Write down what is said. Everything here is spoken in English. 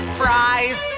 fries